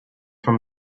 from